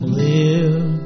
live